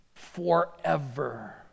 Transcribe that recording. forever